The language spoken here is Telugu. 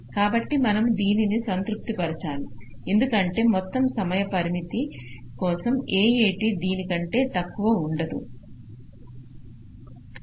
కాబట్టి మనము దీనిని సంతృప్తి పరచాలీ ఎందుకంటే మొత్తం సమయ పరిమితుల కోసం AAT దీని కంటే తక్కువ ఉండదు